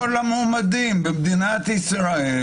כל המועמדים במדינת ישראל